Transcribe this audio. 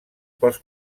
pels